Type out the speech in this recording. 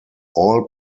all